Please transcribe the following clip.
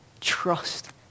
Trust